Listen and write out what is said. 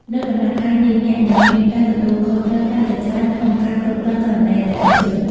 នៅដំណាក់កាលនេះ អ្នកនឹងមានការទទួលខុសត្រូវកាន់តែច្រើនក្នុងការគ្រប់គ្រងករណីអតិថិជន។